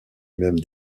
même